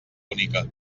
bonica